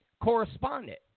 correspondent